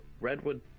Redwood